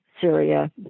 Syria